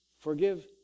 forgive